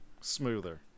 Smoother